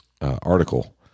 article